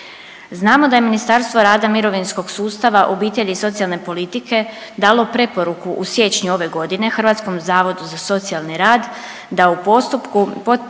Znamo da je Ministarstvo rada, mirovinskog sustava, obitelji i socijalne politike dalo preporuku u siječnju ove godine Hrvatskom zavodu za socijalni rad da u postupku procjene